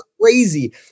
crazy